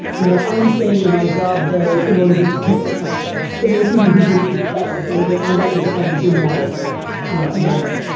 you know, i'm staying in my job, though, in order to protect the country. so there were people who believed that's what they were doing. i mean, that was the kind of dramatic argument. you know, i've yeah heard it.